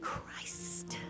Christ